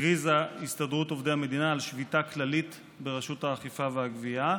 הכריזה הסתדרות עובדי המדינה על שביתה כללית ברשות האכיפה והגבייה,